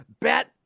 Bet